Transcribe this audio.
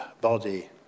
body